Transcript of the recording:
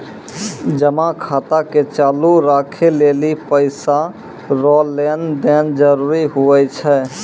जमा खाता के चालू राखै लेली पैसा रो लेन देन जरूरी हुवै छै